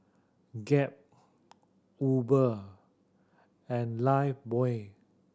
Gap Uber and Lifebuoy